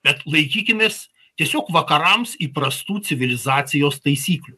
bet laikykimės tiesiog vakarams įprastų civilizacijos taisyklių